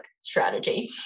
strategy